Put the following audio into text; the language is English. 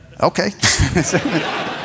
okay